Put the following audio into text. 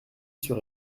sur